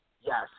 Yes